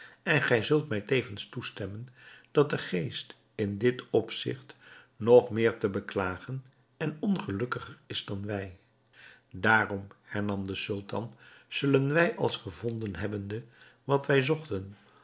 en gij zult mij tevens toestemmen dat de geest in dit opzigt nog meer te beklagen en ongelukkiger is dan wij daarom hernam de sultan zullen wij als gevonden hebbende wat wij zochten